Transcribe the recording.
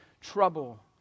trouble